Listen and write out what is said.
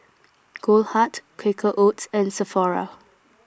Goldheart Quaker Oats and Sephora